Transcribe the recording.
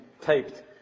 taped